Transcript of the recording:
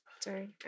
Sorry